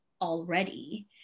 already